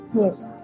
yes